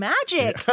Magic